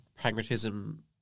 pragmatism